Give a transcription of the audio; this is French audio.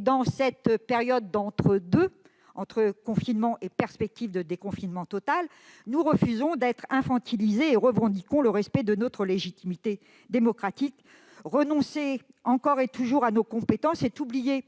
Dans cette période d'entre-deux, entre confinement et perspectives de déconfinement total, nous refusons d'être infantilisés et revendiquons le respect de notre légitimité démocratique. Renoncer encore et toujours à nos compétences, c'est oublier